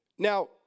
Now